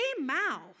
mouth